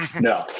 No